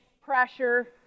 pressure